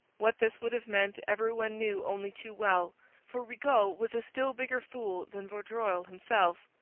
what this would have meant every one knew only too well for rigaud was a still bigger fool than vaudreuil himself.